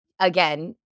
again